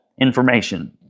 information